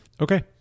Okay